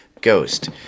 Ghost